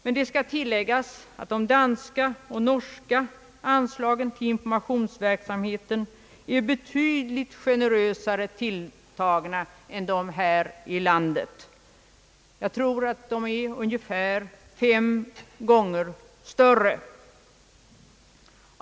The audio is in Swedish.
Det skall dock tilläggas, att de danska och norska anslagen till informationsverksamhet är betydligt generösare tilltagna än motsvarande anslag i vårt land. Jag tror att dessa länders anslag är ungefär fem gånger större än våra.